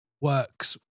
works